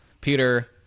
Peter